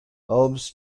holmes